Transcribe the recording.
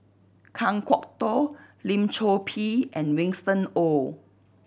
Kan Kwok Toh Lim Chor Pee and Winston Oh